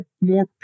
more